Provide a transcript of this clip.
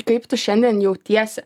kaip tu šiandien jautiesi